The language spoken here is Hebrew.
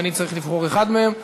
ואני צריך לבחור אחד מהם,